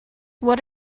what